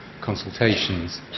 consultations